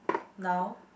now